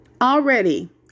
Already